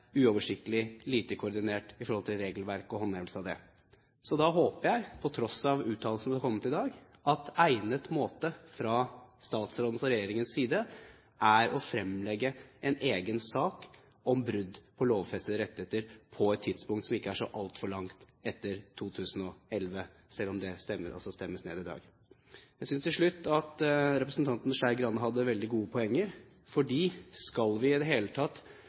uoversiktlig og lite koordinert i forhold til regelverket og håndhevelsen av det. Så da håper jeg, på tross av uttalelsene som er kommet i dag, at «egnet» måte fra statsrådens og regjeringens side er å fremlegge en egen sak om brudd på lovfestede rettigheter på et tidspunkt som ikke er så altfor langt etter 2011, selv om det altså stemmes ned i dag. Jeg synes, til slutt, at representanten Trine Skei Grande hadde veldig gode poeng. Skal vi i det hele tatt